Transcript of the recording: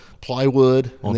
Plywood